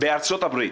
בארצות הברית,